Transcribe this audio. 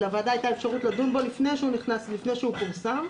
לוועדה הייתה אפשרות לדון בו לפני שהוא פורסם,